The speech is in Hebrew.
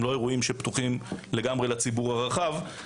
הם לא אירועים שפתוחים לגמרי לציבור הרחב.